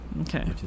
okay